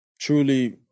truly